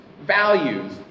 values